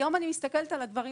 היום אני מסתכלת אחרת על הדברים.